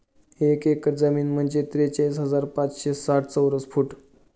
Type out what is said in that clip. एक एकर जमीन म्हणजे त्रेचाळीस हजार पाचशे साठ चौरस फूट